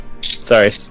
Sorry